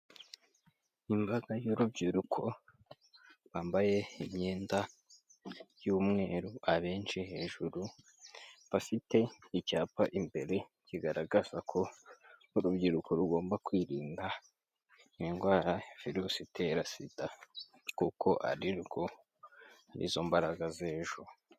Imbaga y'urubyiruko bambaye imyenda y'umweru, abenshi hejuru bafite icyapa imbere, kigaragaza ko urubyiruko rugomba kwirinda indwara ya virusi itera SIDA, kuko ari rwo, ari zo mbaraga z'ejo.